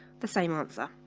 the same answer